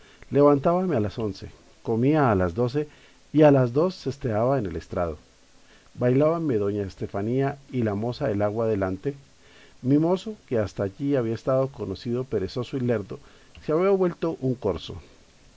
levantábame a las once comía a las doce y a las dos sesteaba en e l estrado bailábanme doña estefanía y la moza el agua delante mi mozo que hasta allí le había conocido perezoso y lerdo se había vuelto un corzo